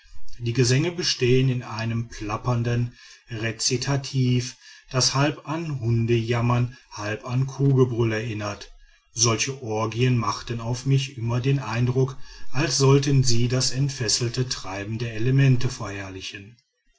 die gesänge bestehen in einem plappernden rezitativ das halb an hundejammer halb an kuhgebrüll erinnert solche orgien machten auf mich immer den eindruck als sollten sie das entfesselte treiben der elemente verherrlichen